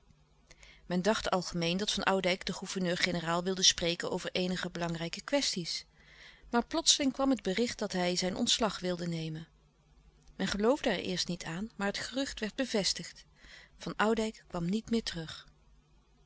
men dacht algemeen dat van oudijck den gouverneur-generaal wilde spreken over eenige belangrijke kwestie's maar plotseling kwam het bericht dat hij zijn ontslag wilde nemen men geloofde er eerst niet aan maar het gerucht werd bevestigd van oudijck kwam niet meer terug